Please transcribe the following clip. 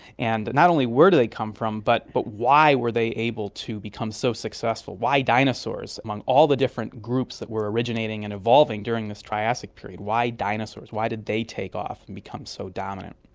and not only where do they come from but but why were they able to become so successful, why dinosaurs among all the different groups that were originating and evolving during this jurassic period, why dinosaurs, why did they take off and become so dominant?